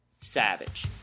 Savage